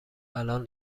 الان